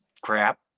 crap